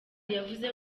yavuze